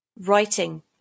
writing